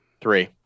Three